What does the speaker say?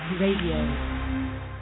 Radio